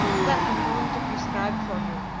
then i'm going to prescribe for you,